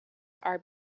are